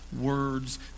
words